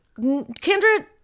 Kendra